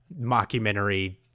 mockumentary